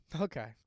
Okay